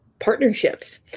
partnerships